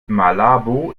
malabo